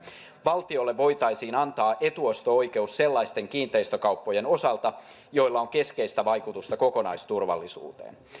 valtiolle voitaisiin antaa etuosto oikeus sellaisten kiinteistökauppojen osalta joilla on keskeistä vaikutusta kokonaisturvallisuuteen